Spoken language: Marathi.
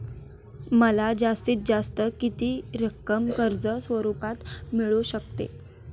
मला जास्तीत जास्त किती रक्कम कर्ज स्वरूपात मिळू शकते?